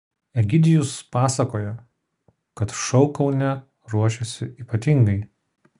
egidijus pasakoja kad šou kaune ruošiasi ypatingai